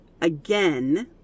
Again